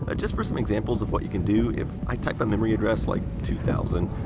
ah just for some examples of what you can do. if i type a memory address, like two thousand,